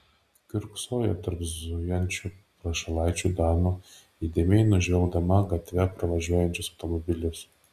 kiurksojo tarp zujančių prašalaičių danų įdėmiai nužvelgdama gatve pravažiuojančius automobilius